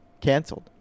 canceled